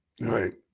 Right